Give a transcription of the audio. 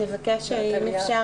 אבקש אם אפשר